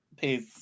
peace